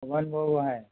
Homen Borgohain